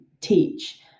teach